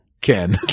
Ken